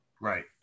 Right